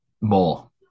more